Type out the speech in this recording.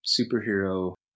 superhero